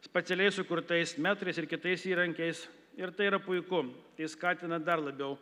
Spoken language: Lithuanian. spacialiai sukurtais metrais ir kitais įrankiais ir tai yra puiku tai skatina dar labiau